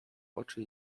oczy